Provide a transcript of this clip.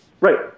Right